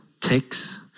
takes